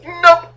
nope